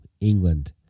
England